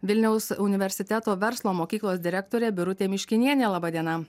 vilniaus universiteto verslo mokyklos direktorė birutė miškinienė laba diena